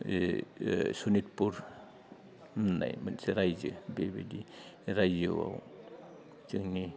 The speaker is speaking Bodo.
ओइ सनितपुर होननाय मोनसे रायजो बेबायदि रायजोआव जोंनि